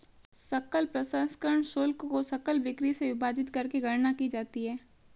सकल प्रसंस्करण शुल्क को सकल बिक्री से विभाजित करके गणना की जाती है